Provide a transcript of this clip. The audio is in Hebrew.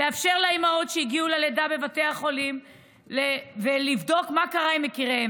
ולאפשר לאימהות שהגיעו ללידה בבתי החולים לבדוק מה קרה עם יקיריהן.